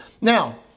Now